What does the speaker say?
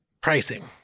Pricing